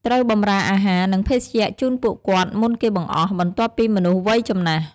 ត្រូវបម្រើអាហារ និងភេសជ្ជៈជូនពួកគាត់មុនគេបង្អស់ បន្ទាប់ពីមនុស្សវ័យចំណាស់ ។